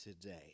today